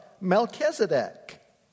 Melchizedek